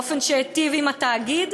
באופן שהיטיב עם התאגיד?